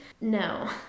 no